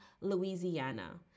Louisiana